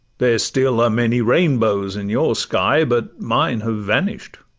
there still are many rainbows in your sky, but mine have vanish'd.